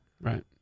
Right